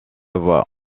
voie